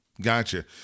Gotcha